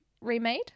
remade